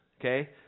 okay